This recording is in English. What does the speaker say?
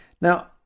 Now